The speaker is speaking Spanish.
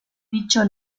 dicho